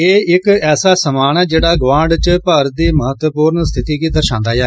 एह् इक ऐसा सम्मान ऐ जेह्ड़ा गवांड च भारत दी महत्वपूर्ण स्थिति गी दर्शांदा ऐ